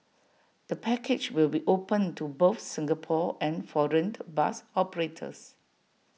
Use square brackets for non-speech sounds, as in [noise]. the package will be open to both Singapore and foreign [noise] bus operators